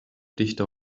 dichter